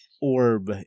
orb